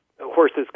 horses